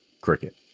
cricket